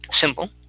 Simple